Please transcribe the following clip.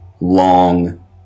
long